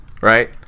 right